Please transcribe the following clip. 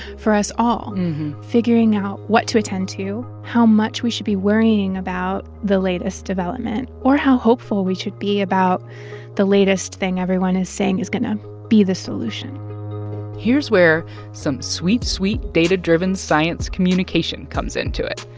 for us all figuring out what to attend to, how much we should be worrying about the latest development or how hopeful we should be about the latest thing everyone is saying is going to be the solution here's where some sweet, sweet data-driven science communication comes into it.